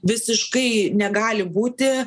visiškai negali būti